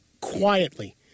quietly